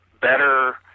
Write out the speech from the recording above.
better